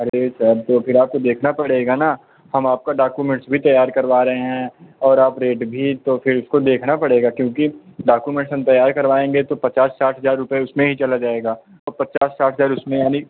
अरे सर तो फिर आपको देखना पड़ेगा ना हम आपका डाक्यूमेंट्स भी तैयार करवा रहे हैं और आप रेट भी तो फिर उसको देखना पड़ेगा क्योंकि डाक्यूमेंट्स हम तैयार करवाएंगे तो पचास साठ हजार रुपये उसमें ही चला जाएगा अब पचास साठ हजार उसमें यानि